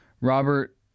Robert